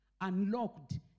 Unlocked